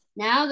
now